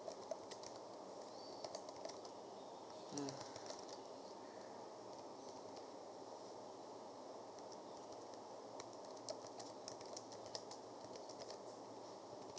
mm